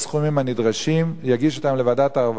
הסכומים הנדרשים ויגיש אותם לוועדת העבודה,